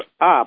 up